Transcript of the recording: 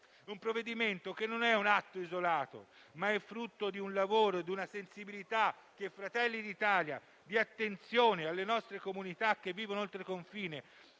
un provvedimento che non è un atto isolato, ma è frutto di un lavoro e di una sensibilità e di attenzione di Fratelli d'Italia alle nostre comunità che vivono oltre confine,